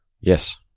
Yes